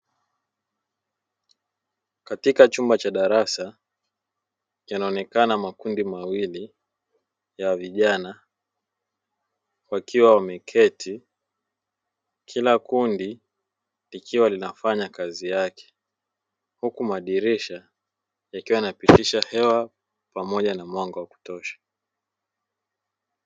Katika chumba cha darasa yanaonekana makundi mawili yavijana wakiwa wameketi kilakundi, likiwa linafanya kazi yake huku madirisha yakiwa yanapitisha hewa pamoja na mwanga wakutosha.